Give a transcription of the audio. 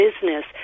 business